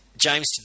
James